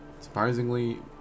Surprisingly